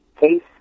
case